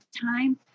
time